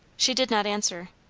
she did not answer.